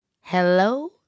Hello